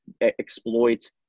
exploit